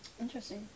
Interesting